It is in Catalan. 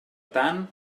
tant